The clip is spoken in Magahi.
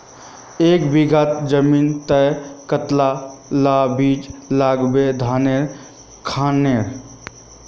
एक बीघा जमीन तय कतला ला बीज लागे धानेर खानेर?